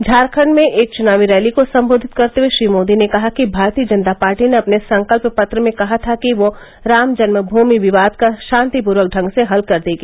झारखण्ड में एक चुनावी रैली को संबोधित करते हुए श्री मोदी ने कहा कि भारतीय जनता पार्टी ने अपने संकल्प पत्र में कहा था कि वह राम जन्म भूमि विवाद का शांतिपूर्वक ढंग से हल कर देगी